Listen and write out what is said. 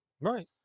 Right